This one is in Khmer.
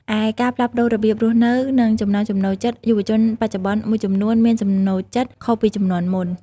ឯការផ្លាស់ប្ដូររបៀបរស់នៅ និងចំណង់ចំណូលចិត្តយុវជនបច្ចុប្បន្នមួយចំនួនមានចំណូលចិត្តខុសពីជំនាន់មុន ។